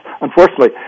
Unfortunately